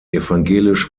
evangelisch